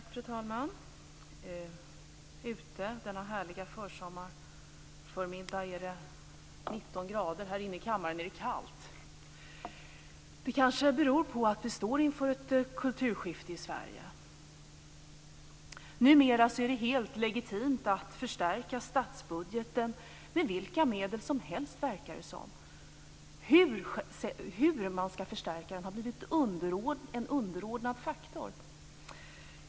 Fru talman! Denna härliga försommarförmiddag är det 19 grader varmt utomhus. Här inne i kammaren är det kallt. Det kanske beror på att vi står inför ett kulturskifte i Sverige. Det verkar som att det numera är helt legitimt att förstärka statsbudgeten med vilka medel som helst. Hur skall man förstärka budgeten har blivit en underordnad faktor.